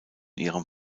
ihrem